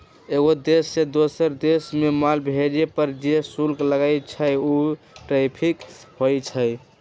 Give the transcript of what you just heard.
एगो देश से दोसर देश मे माल भेजे पर जे शुल्क लगई छई उ टैरिफ होई छई